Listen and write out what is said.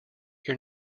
your